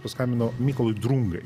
paskambinau mykolui drungai